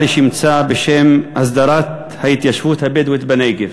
לשמצה בשם הסדרת ההתיישבות הבדואית בנגב.